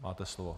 Máte slovo.